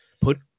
put